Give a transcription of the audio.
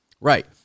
Right